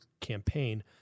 campaign